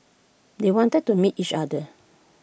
they wanted to meet each other